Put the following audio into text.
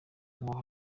ngo